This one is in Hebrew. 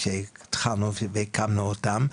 כשהתחלנו והקמנו אותם,